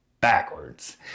backwards